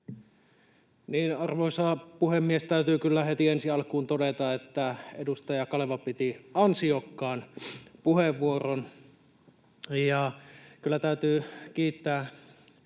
Arvoisa puhemies! Täytyy kyllä heti ensi alkuun todeta, että edustaja Kaleva piti ansiokkaan puheenvuoron, ja kyllä täytyy kiittää